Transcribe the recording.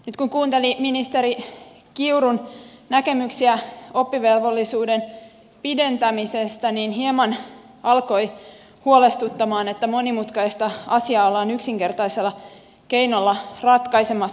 nyt kun kuunteli ministeri kiurun näkemyksiä oppivelvollisuuden pidentämisestä niin hieman alkoi huolestuttaa että monimutkaista asiaa ollaan yksinkertaisella keinolla ratkaisemassa